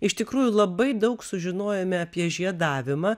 iš tikrųjų labai daug sužinojome apie žiedavimą